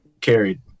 carried